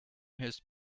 his